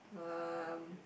uh